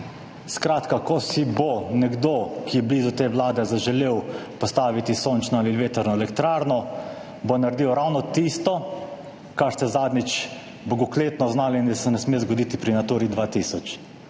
Skratka, ko si bo nekdo, ki je blizu te vlade, zaželel postaviti sončno ali vetrno elektrarno, bo naredil ravno tisto, kar ste zadnjič oznanili kot bogokletno, da se ne sme zgoditi pri Naturi 2000.